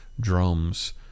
drums